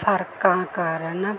ਫਰਕਾਂ ਕਾਰਨ